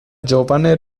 giovane